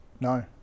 No